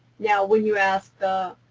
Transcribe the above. now when you ask the